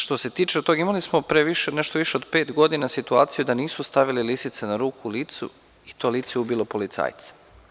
Što se tiče tog, imali smo pre nešto više od pet godina situaciju da nisu stavili lisice na ruku licu i to lice je ubilo policajca.